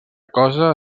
cosa